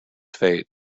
fate